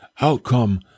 outcome